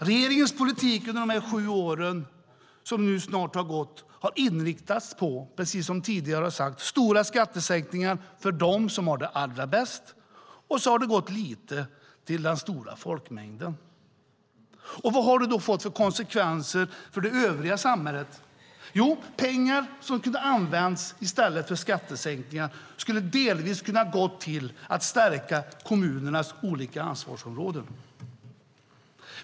Regeringens politik under de sju år som snart har gått har, precis som tidigare har sagts, inriktats på stora skattesänkningar för dem som har det allra bäst, och så har det gått lite till den stora folkmängden. Vad har det fått för konsekvenser för det övriga samhället? I stället för att användas för skattesänkningar skulle pengarna delvis ha kunnat gå till att stärka kommunernas olika ansvarsområden.